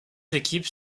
équipes